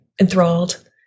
enthralled